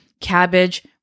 cabbage